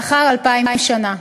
לאחר אלפיים שנה.